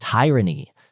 tyranny